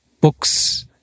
Books